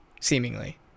seemingly